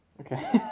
Okay